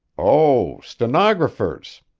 oh, stenographers!